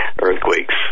earthquakes